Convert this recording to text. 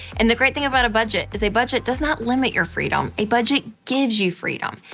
and the great thing about a budget is, a budget does not limit your freedom, a budget gives you freedom.